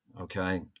Okay